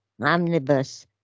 omnibus